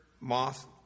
moth